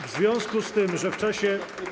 W związku z tym, że w czasie.